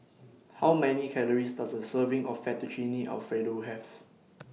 How Many Calories Does A Serving of Fettuccine Alfredo Have